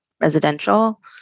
residential